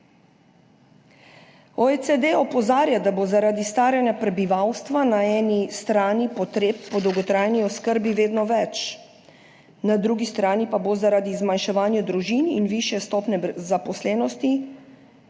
OECD opozarja, da bo zaradi staranja prebivalstva na eni strani potreb po dolgotrajni oskrbi vedno več, na drugi strani pa bo zaradi zmanjševanja družin in višje stopnje zaposlenosti,